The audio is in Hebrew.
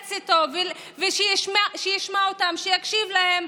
ולהתייעץ איתו, שישמע אותם, שיקשיב להם.